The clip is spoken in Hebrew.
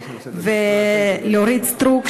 לאורית סטרוק,